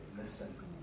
listen